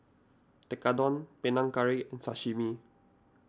Tekkadon Panang Curry and Sashimi